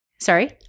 Sorry